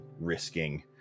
risking